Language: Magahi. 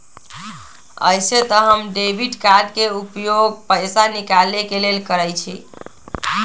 अइसे तऽ हम डेबिट कार्ड के उपयोग पैसा निकाले के लेल करइछि